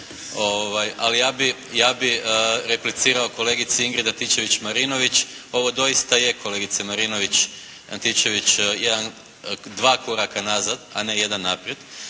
Ali ja bih replicirao kolegici Ingrid Antičević-Marinović. Ovo doista je kolegice Marinović-Antičević jedan, dva koraka nazad a ne jedan naprijed